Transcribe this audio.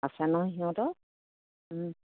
আছে নহয় সিহঁতৰ